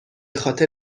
خاطر